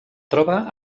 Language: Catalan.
troba